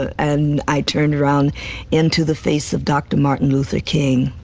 and i turned around into the face of dr. martin luther king,